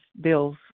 Bill's